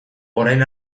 orain